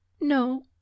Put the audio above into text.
No